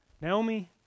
Naomi